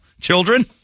Children